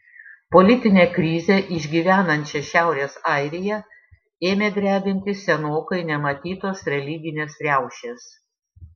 politinę krizę išgyvenančią šiaurės airiją ėmė drebinti senokai nematytos religinės riaušės